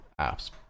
apps